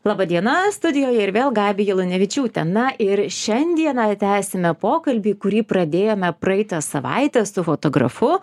laba diena studijoje ir vėl gabija lunevičiūtė na ir šiandieną tęsime pokalbį kurį pradėjome praeitą savaitę su fotografu